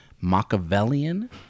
Machiavellian